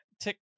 tick